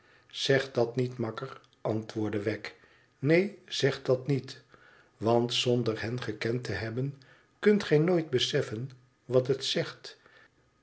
zeg dat niet makker antwoordde weg neen zeg dat niet want zonder hen gekend te hebben kunt gij nooit beseffen wat het zegt